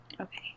Okay